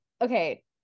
okay